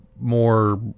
more